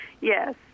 Yes